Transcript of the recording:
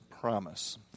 promise